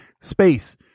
Space